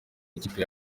ikipe